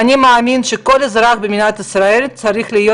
אני מאמין שכל אזרח במדינת ישראל צריך להיות